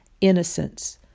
innocence